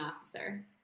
Officer